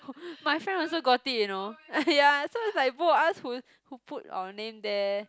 oh my friend also got it you know ah ya so it's like both of us who who put our name there